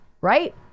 Right